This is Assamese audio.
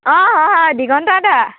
অঁ হয় হয় দিগন্ত দাদা